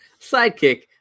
sidekick